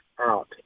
out